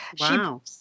Wow